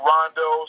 Rondo